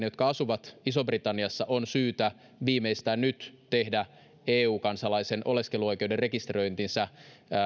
jotka asuvat isossa britanniassa on syytä viimeistään nyt tehdä eu kansalaisen oleskeluoikeuden rekisteröintinsä